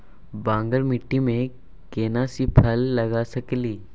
बांगर माटी में केना सी फल लगा सकलिए?